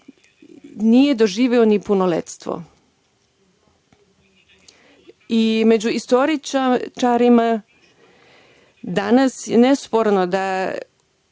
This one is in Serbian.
nije doživeo ni punoletstvo.Među istoričarima danas je nesporno,